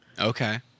Okay